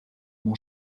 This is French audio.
mon